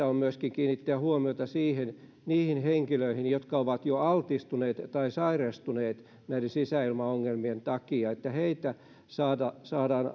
on myöskin kiinnittää huomiota niihin henkilöihin jotka ovat jo altistuneet tai sairastuneet näiden sisäilmaongelmien takia jotta heitä saadaan saadaan